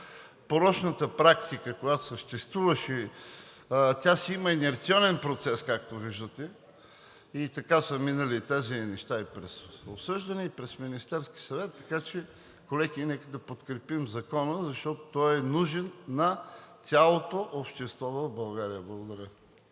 порочната практика, която съществуваше – тя си има инерционен процес, както виждате, и така са минали тези неща и през обсъждане, и през Министерския съвет. Така че, колеги, нека да подкрепим Закона, защото той е нужен на цялото общество в България. Благодаря